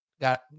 Got